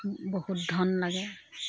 বহুত ধন লাগে